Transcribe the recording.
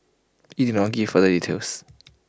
IT did not give further details